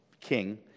king